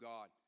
God